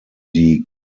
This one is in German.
die